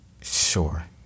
Sure